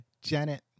Janet